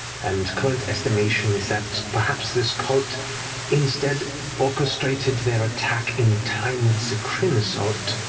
and current estimation is that perhaps this cult instead orchestrated their attack in time with the kryn assault,